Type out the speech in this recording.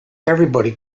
everybody